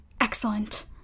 Excellent